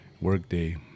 Workday